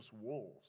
wolves